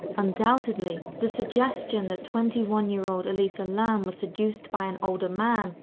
undoubtedly, the suggestion that twenty one year old elisa lam was seduced by an older man,